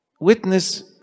Witness